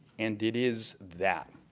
and it is that,